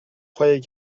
croyais